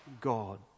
God